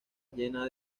llena